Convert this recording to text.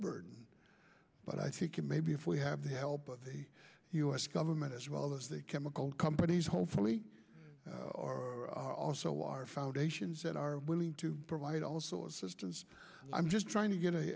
burden but i think maybe if we have the help of the u s government as well as the chemical companies hopefully or also our foundations that are willing to provide also assistance i'm just trying to get a